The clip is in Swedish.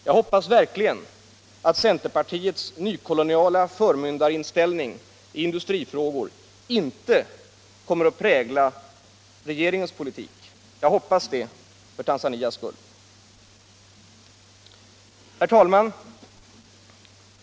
Jag hoppas verkligen att centerpartiets nykoloniala förmyndarinställning i industrifrågor inte kommer att prägla regeringens politik. Jag hoppas det för Tanzanias skull. Herr talman!